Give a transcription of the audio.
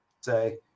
say